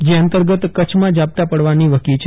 જે અંતર્ગત કચ્છમાં ઝાપટાં પકવાની વકી છે